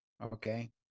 Okay